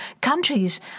countries